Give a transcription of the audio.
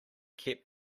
kept